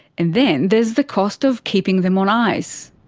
and then there's the cost of keeping them on ice.